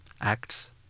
acts